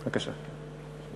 בבקשה.